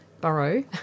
burrow